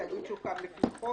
תאגיד שהוקם לפי חוק,